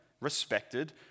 respected